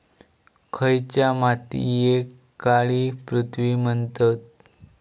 खयच्या मातीयेक काळी पृथ्वी म्हणतत?